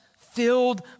filled